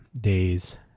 days